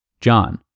John